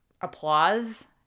applause